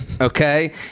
Okay